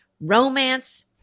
romance